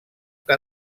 que